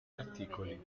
articoli